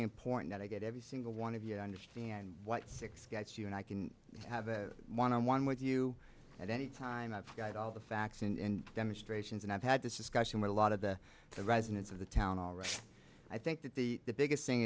important that i get every single one of you to understand what six gets you and i can have a one on one with you at any time i've got all the facts in demonstrations and i've had this discussion with a lot of the the residents of the town all right i think that the biggest thing